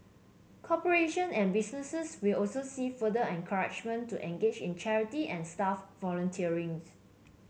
corporation and businesses will also see further encouragement to engage in charity and staff volunteerism